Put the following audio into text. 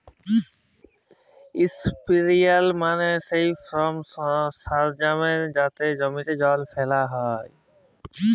ইসপেরেয়ার মালে হছে সেই ফার্ম সরলজাম যাতে ক্যরে জমিতে জল ফ্যালা হ্যয়